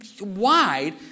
wide